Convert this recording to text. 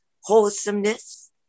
wholesomeness